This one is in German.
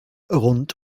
rund